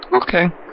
Okay